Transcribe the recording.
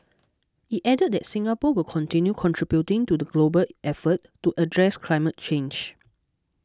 it added that Singapore will continue contributing to the global effort to address climate change